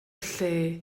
lle